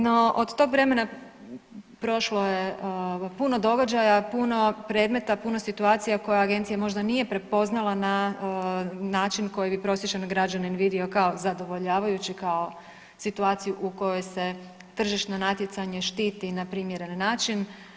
No, od tog vremena prošlo je puno događaja, puno predmeta, puno situacija koje agencija možda nije prepoznala na način koji bi prosječan građanin vidio kao zadovoljavajući kao situaciju u kojoj se tržišno natjecanje štiti na primjeren način.